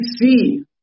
see